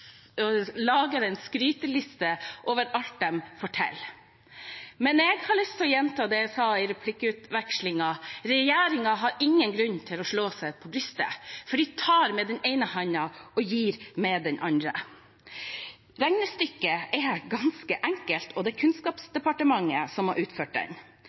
lager en skryteliste over alt de får til. Men jeg har lyst til å gjenta det jeg sa i replikkvekslingen: Regjeringen har ingen grunn til å slå seg på brystet, for de tar med den ene hånden og gir med den andre. Regnestykket er ganske enkelt, og det er Kunnskapsdepartementet som har utført